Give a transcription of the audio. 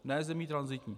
Ne zemí tranzitní.